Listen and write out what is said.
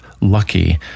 lucky